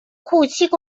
کوچیک